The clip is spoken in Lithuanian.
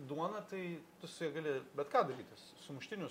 duona tai tu su ja gali bet ką darytis sumuštinius